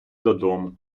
додому